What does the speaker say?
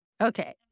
Okay